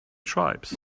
tribes